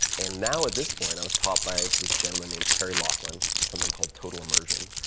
and now at this point i was taught by this gentleman named terry lockland something called total immersion,